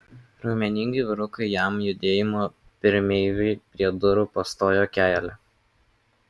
raumeningi vyrukai jam judėjimo pirmeiviui prie durų pastojo kelią